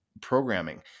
programming